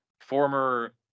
former